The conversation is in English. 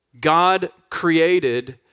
God-created